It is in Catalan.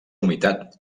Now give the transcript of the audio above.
humitat